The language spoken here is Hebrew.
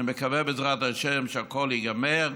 אני מקווה, בעזרת השם, שהכול ייגמר.